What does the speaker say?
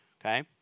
Okay